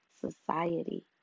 society